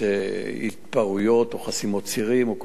התפרעויות או חסימות צירים או כל דבר אחר,